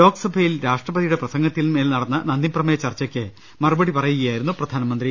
ലോക്സഭയിൽ രാഷ്ട്രപതിയുടെ പ്രസംഗത്തിന്മേൽ നടന്ന നന്ദിപ്രമേയ ചർച്ചക്ക് മറുപടി പറയുകയായിരുന്നു പ്രധാന മന്ത്രി